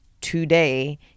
today